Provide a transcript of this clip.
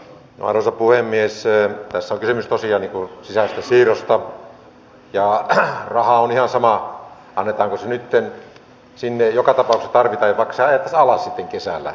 tässä on kysymys tosiaan sisäisestä siirrosta ja raha on ihan sama annetaanko se nytten sinne joka tapauksessa se tarvitaan vaikka se ajettaisiin alas sitten kesällä